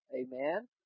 amen